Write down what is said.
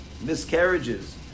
miscarriages